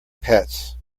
pets